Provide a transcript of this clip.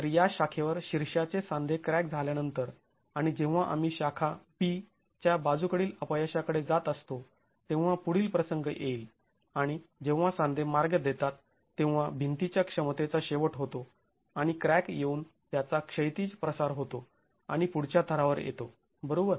तर या शाखेवर शीर्ष्याचे सांधे क्रॅक झाल्यानंतर आणि जेव्हा आम्ही शाखा b च्या बाजूकडील अपयशाकडे जात असतो तेव्हा पुढील प्रसंग येईल आणि जेव्हा सांधे मार्ग देतात तेव्हा भिंतीच्या क्षमतेचा शेवट होतो आणि क्रॅक येऊन त्याचा क्षैतिज प्रसार होतो आणि पुढच्या थरावर येतो बरोबर